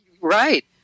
Right